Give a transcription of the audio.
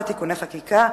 הכלכלית לשנת הכספים 2004 (תיקוני חקיקה),